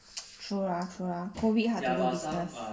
true ah true ah COVID hindling business